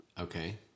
okay